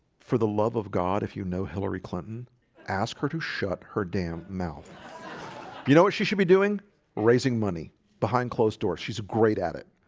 for the love of god if you know hillary clinton ask her to shut her damn mouth you know what? she should be doing raising money behind closed doors. she's great at it.